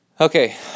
Okay